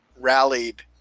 rallied